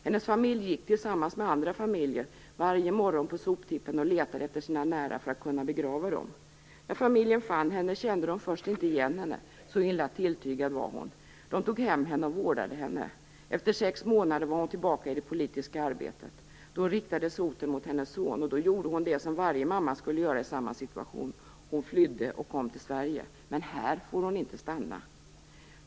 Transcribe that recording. Hennes familj gick, tillsammans med andra familjer, varje morgon på soptippen och letade efter sina nära för att kunna begrava dem. När de fann henne kände de först inte igen henne - så illa tilltygad var hon. De tog hem henne och vårdade henne. Efter sex månader var hon tillbaka i det politiska arbetet. Då riktades hoten mot hennes son, och då gjorde hon det som varje mamma skulle göra i samma situation: Hon flydde och kom till Sverige. Men här får hon inte stanna.